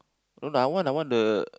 no lah I want I want the